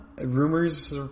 rumors